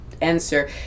Answer